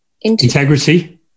Integrity